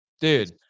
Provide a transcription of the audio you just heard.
Dude